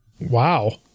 wow